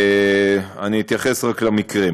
אני אתייחס רק למקרה.